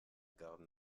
garde